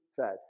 fed